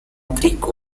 greek